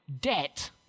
debt